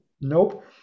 Nope